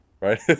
right